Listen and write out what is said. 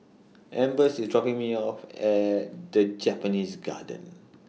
Ambers IS dropping Me off At The Japanese Kindergarten